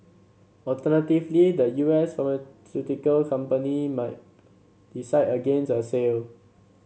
alternatively the U S company might decide against a sale